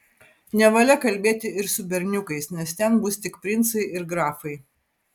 nevalia kalbėti ir su berniukais nes ten bus tik princai ir grafai